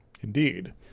Indeed